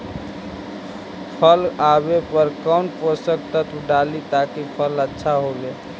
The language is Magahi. फल आबे पर कौन पोषक तत्ब डाली ताकि फल आछा होबे?